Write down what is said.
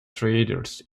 traders